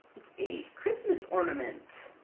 it's a christmas ornament!